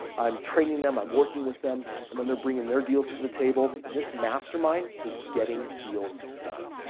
i'm training them, i'm working with them. and then they're bringing their deals to the table and this mastermind is getting deals done.